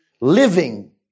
Living